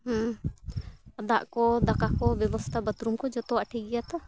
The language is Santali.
ᱦᱮᱸ ᱫᱟᱜ ᱠᱚ ᱫᱟᱠᱟ ᱠᱚ ᱵᱮᱵᱚᱥᱛᱷᱟ ᱵᱟᱛᱷᱨᱩᱢ ᱠᱚ ᱡᱷᱚᱛᱚᱣᱟᱜ ᱴᱷᱤᱠ ᱜᱮᱭᱟ ᱛᱚ